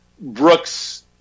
Brooks